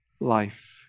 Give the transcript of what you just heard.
life